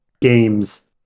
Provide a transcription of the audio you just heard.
games